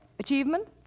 Achievement